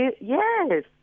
Yes